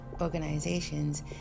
organizations